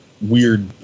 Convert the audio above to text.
weird